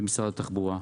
במשרד התחבורה.